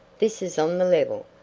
this is on the level.